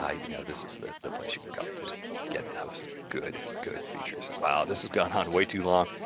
ah you know this is the the place you can come to get those good, good, features. wow, this has gone on way too long.